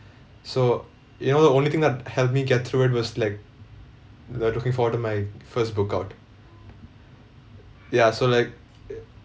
so you know the only thing that helped me get through it was like the looking forward to my first book out ya so like